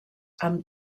amb